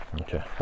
okay